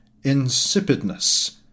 insipidness